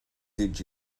did